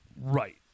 Right